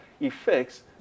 effects